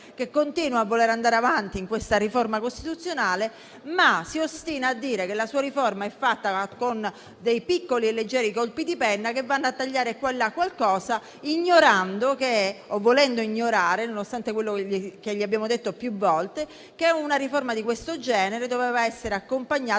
che continua a voler andare avanti con questa riforma costituzionale, ma si ostina a dire che la sua riforma è fatta con piccoli e leggeri colpi di penna che vanno a tagliare qua e là qualcosa, ignorando o volendo ignorare, nonostante quello che abbiamo detto più volte, che una riforma di questo genere doveva essere accompagnata